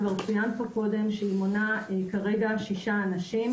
כבר ציינת פה קודם שהיא מונה כרגע שישה אנשים,